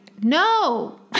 no